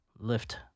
lift